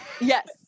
Yes